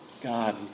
God